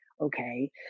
okay